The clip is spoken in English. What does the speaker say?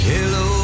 Hello